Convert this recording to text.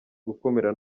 gukumira